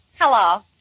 Hello